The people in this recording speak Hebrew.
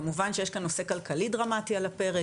כמובן שיש כאן נושא כלכלי דרמטי על הפרק,